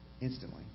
instantly